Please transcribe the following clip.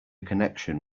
connection